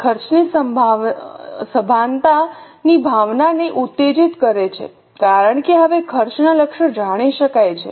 તે ખર્ચની સભાનતાની ભાવનાને ઉત્તેજિત કરે છે કારણ કે હવે ખર્ચનાં લક્ષ્યો જાણી શકાય છે